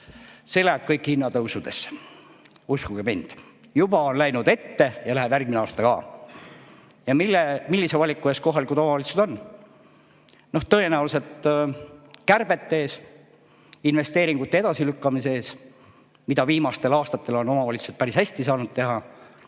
See läheb kõik hinnatõusudesse, uskuge mind. Juba on ette läinud ja läheb järgmisel aastal ka. Millise valiku ees kohalikud omavalitsused on? Tõenäoliselt kärbete ees, investeeringute edasilükkamise ees, mida viimastel aastatel on omavalitsused päris hästi saanud teha.